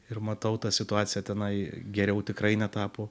ir matau ta situacija tenai geriau tikrai netapo